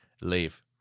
leave